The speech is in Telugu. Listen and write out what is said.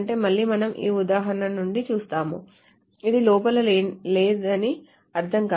మళ్లీ మనం ఈ ఉదాహరణ నుండి చూస్తాము ఇది లోపల లేదని అర్థం కాదు